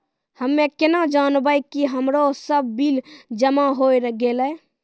हम्मे केना जानबै कि हमरो सब बिल जमा होय गैलै?